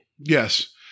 Yes